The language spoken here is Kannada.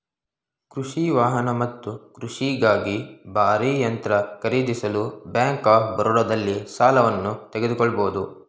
ಕೃಷಿ ವಾಹನ ಮತ್ತು ಕೃಷಿಗಾಗಿ ಭಾರೀ ಯಂತ್ರ ಖರೀದಿಸಲು ಬ್ಯಾಂಕ್ ಆಫ್ ಬರೋಡದಲ್ಲಿ ಸಾಲವನ್ನು ತೆಗೆದುಕೊಳ್ಬೋದು